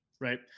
right